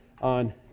on